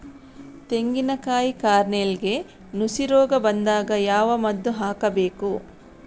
ತೆಂಗಿನ ಕಾಯಿ ಕಾರ್ನೆಲ್ಗೆ ನುಸಿ ರೋಗ ಬಂದಾಗ ಯಾವ ಮದ್ದು ಹಾಕಬೇಕು?